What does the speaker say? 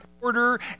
order